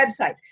websites